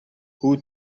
who